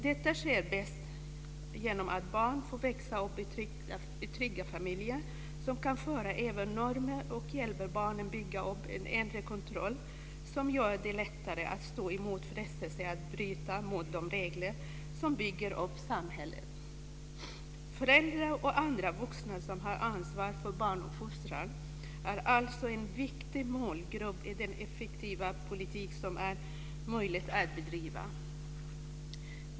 Detta sker bäst genom att barn får växa upp i trygga familjer som kan föra över normer och hjälpa barnen att bygga upp en inre kontroll som gör det lättare att stå emot frestelsen att bryta mot de regler som bygger upp samhället. Föräldrar och andra vuxna som har ansvar för barnuppfostran är alltså en viktig målgrupp i denna effektiva politik som är möjlig att bedriva.